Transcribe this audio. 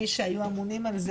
מי שהיו אמונים על זה,